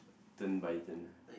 turn by turn ah